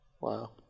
wow